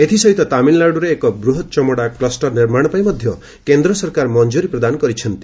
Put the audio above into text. ଏଥିସହିତ ତାମିଲ୍ନାଡୁରେ ଏକ ବୃହତ୍ ଚମଡ଼ା କୁଷ୍ଟର ନିର୍ମାଣପାଇଁ ମଧ୍ୟ କେନ୍ଦ୍ର ସରକାର ମଞ୍ଜୁରି ପ୍ରଦାନ କରିଛନ୍ତି